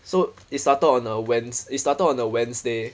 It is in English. so it started on a wedn~ it started on a wednesday